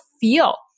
feel